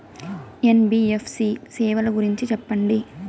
NBFC సేవల గురించి సెప్పండి?